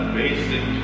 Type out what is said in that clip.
basic